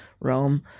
realm